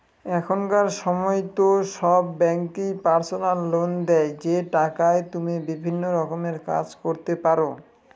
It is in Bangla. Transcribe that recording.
এখনকার সময়তো সব ব্যাঙ্কই পার্সোনাল লোন দেয় যে টাকায় তুমি বিভিন্ন রকমের কাজ করতে পারো